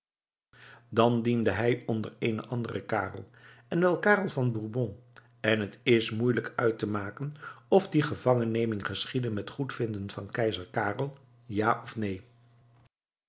dan diende hij onder eenen anderen karel en wel karel van bourbon en het is moeielijk uit te maken of die gevangenneming geschiedde met goedvinden van keizer karel ja of neen